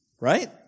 right